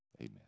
Amen